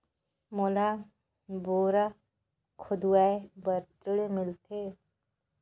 मोला बोरा खोदवाय बार ऋण मिलथे?